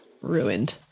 ruined